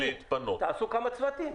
תעשו כמה צוותים.